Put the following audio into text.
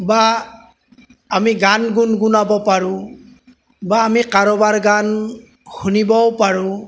বা আমি গান গুণ গুণাব পাৰোঁ বা আমি কাৰোবাৰ গান শুনিবও পাৰোঁ